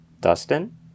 dustin